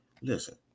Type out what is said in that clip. Listen